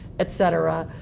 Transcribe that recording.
et cetera,